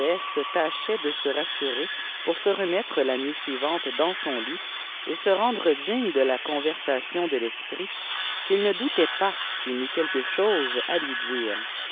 tachait de se rassurer pour se remettre la nuit suivante dans son lit et se rendre digne de la conversation de l'esprit qu'il ne doutait pas qu'il n'eut quelque chose à lui dire